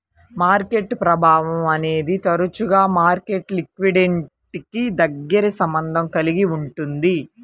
market ప్రభావం అనేది తరచుగా మార్కెట్ లిక్విడిటీకి దగ్గరి సంబంధం కలిగి ఉంటుంది